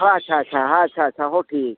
ᱦᱮᱸ ᱟᱪᱪᱷᱟ ᱟᱪᱪᱷᱟ ᱦᱮᱸ ᱟᱪᱪᱷᱟ ᱟᱪᱪᱷᱟ ᱦᱮᱸ ᱴᱷᱤᱠ